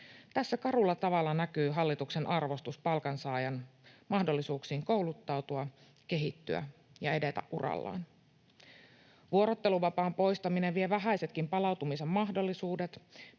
Tässä karulla tavalla näkyy hallituksen arvostus palkansaajan mahdollisuuksiin kouluttautua, kehittyä ja edetä urallaan. Vuorotteluvapaan poistaminen vie vähäisetkin palautumisen mahdollisuudet,